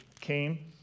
came